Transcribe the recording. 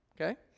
Okay